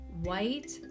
White